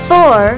Four